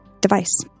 device